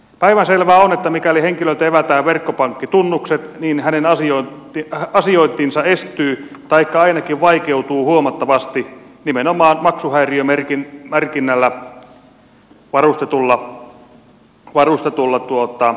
päivänselvää on että mikäli henkilöltä evätään verkkopankkitunnukset niin hänen asiointinsa estyy taikka ainakin vaikeutuu huomattavasti nimenomaan maksuhäiriömerkinnällä varustetulla tunnuksella